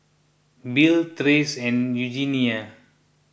Bill Trace and Eugenia